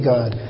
God